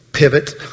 pivot